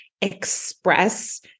express